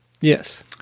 Yes